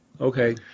Okay